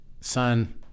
son